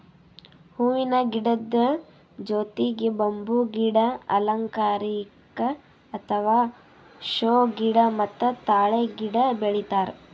ಹೂವಿನ ಗಿಡದ್ ಜೊತಿಗ್ ಬಂಬೂ ಗಿಡ, ಅಲಂಕಾರಿಕ್ ಅಥವಾ ಷೋ ಗಿಡ ಮತ್ತ್ ತಾಳೆ ಗಿಡ ಬೆಳಿತಾರ್